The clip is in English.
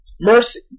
mercy